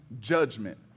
judgment